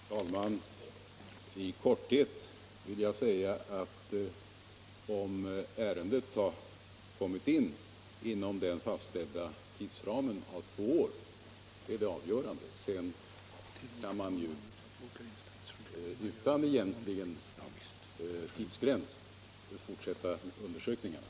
Herr talman! I korthet vill jag säga att det avgörande är om ärendet har kommit in inom den fastställda tidsramen av två år. Sedan kan man ju utan någon egentlig tidsgräns fortsätta undersökningarna.